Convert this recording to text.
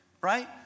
right